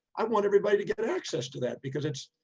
i want everybody to get access to that because it's,